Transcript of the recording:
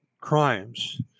crimes